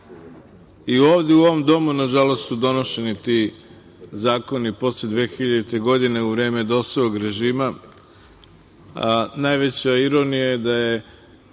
i ovde, u ovom Domu, nažalost, su donošeni ti zakoni posle 2000. godine, u vreme DOS-ovog režima,